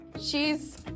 She's-